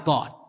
God